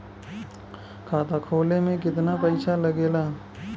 खाता खोले में कितना पईसा लगेला?